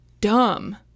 dumb